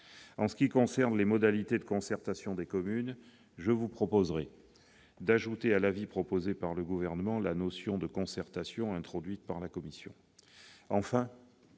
En ce qui concerne les modalités de concertation des communes, je vous proposerai d'ajouter à l'avis proposé par le Gouvernement la notion de concertation introduite par la commission.